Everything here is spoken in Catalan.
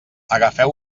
agafeu